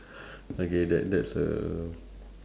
okay that that's a